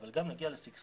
אבל גם נגיע לשגשוג